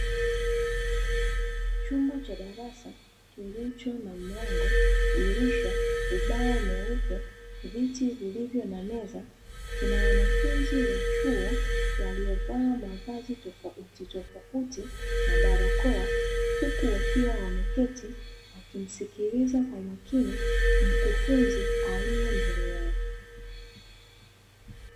Chumba cha darasa kilicho na mlango, dirisha, ubao mweupe, viti vilivyo na meza, kina wanafunzi wa chuo waliovaa mavazi tofautitofauti na barakoa, huku wakiwa wameketi wakimsikiliza kwa umakini mkufunzi aliye mbele yao.